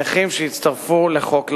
נכים שהצטרפו למעגל העבודה לפי חוק לרון.